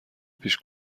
پیش